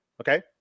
Okay